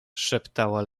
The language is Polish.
szeptała